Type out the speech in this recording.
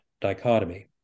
dichotomy